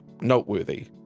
noteworthy